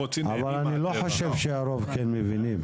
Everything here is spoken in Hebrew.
לא, אמרתי שהרוב לא מבינים.